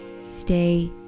Stay